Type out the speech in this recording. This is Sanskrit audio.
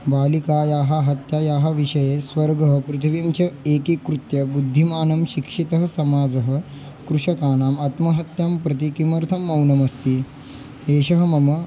बालिकायाः हत्यायाः विषये स्वर्गः पृथिवीं च एकीकृत्य बुद्धिमानं शिक्षितः समाजः कृषकाणाम् आत्महत्यां प्रति किमर्थं मौनमस्ति एषः मम